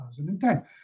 2010